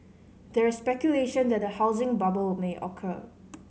there is speculation that a housing bubble may occur